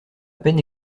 peine